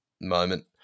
moment